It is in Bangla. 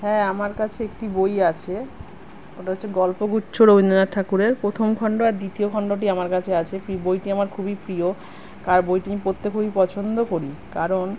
হ্যাঁ আমার কাছে একটি বই আছে ওটা হচ্ছে গল্পগুচ্ছ রবীন্দ্রনাথ ঠাকুরের প্রথম খণ্ড আর দ্বিতীয় খণ্ডটি আমার কাছে আছে পি বইটি আমার খুবই প্রিয় আর বইটি আমি পড়তে খুবই পছন্দ করি কারণ